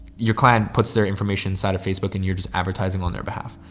your client puts their information inside of facebook and you're just advertising on their behalf.